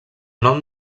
nom